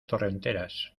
torrenteras